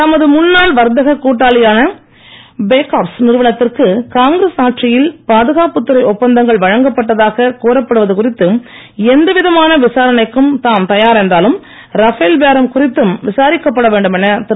தமது முன்னாள் வர்த்தக கூட்டாளியான பேக்காப்ஸ் நிறுவனத்திற்கு காங்கிரஸ் ஆட்சியில் பாதுகாப்பு துறை ஒப்பந்தங்கள் வழங்கப்பட்டதாக கூறப்படுவது குறித்து எந்தவிதமான விசாரணைக்கும் தாம் தயார் என்றாலும் ரபேல் பேரம் குறித்தும் விசாரிக்கப்பட வேண்டும் என திரு